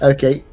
Okay